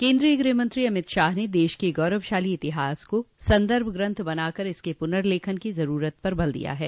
केन्द्रीय गृहमंत्री अमित शाह ने देश के गौरवशाली इतिहास को संदर्भग्रन्थ बनाकर इसके पुनलखन की ज़रूरत पर बल दिया है